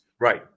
Right